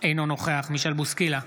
אינו נוכח מישל בוסקילה,